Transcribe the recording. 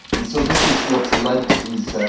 and so this is what's led to these,